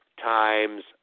times